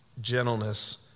gentleness